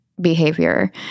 behavior